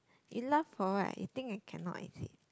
you laugh for what you think I cannot is it